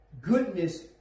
goodness